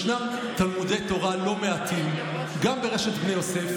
ישנם תלמודי תורה לא מעטים גם ברשת בני יוסף